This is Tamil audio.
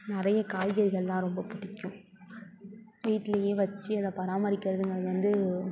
நிறைய காய்கறிகள் எல்லாம் ரொம்ப பிடிக்கும் வீட்லேயே வச்சு அதை பராமரிக்குறதுங்கிறது வந்து